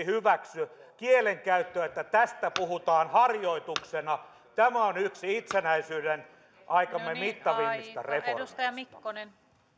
hyväksy kielenkäyttöä että tästä puhutaan harjoituksena tämä on yksi itsenäisyyden aikamme mittavimmista reformeista arvoisa puhemies